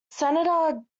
senator